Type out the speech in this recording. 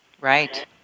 Right